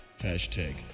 Hashtag